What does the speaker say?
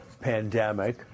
pandemic